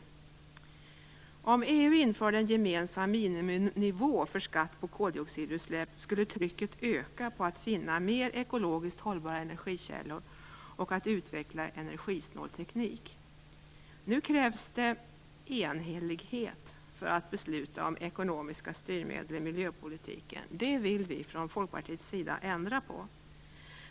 Om EU införde en gemensam miniminivå för skatt på koldioxidutsläpp skulle trycket öka på att finna mer ekologiskt hållbara energikällor och att utveckla energisnål teknik. Nu krävs det enhällighet för att besluta om ekonomiska styrmedel i miljöpolitiken. Det vill vi från Folkpartiets sida ändra på.